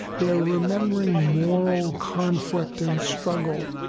they're remembering moral conflict and struggle,